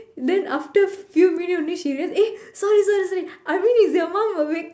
then after few minutes only she realise eh sorry sorry sorry I mean is your mum awake